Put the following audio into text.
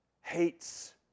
hates